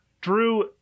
Drew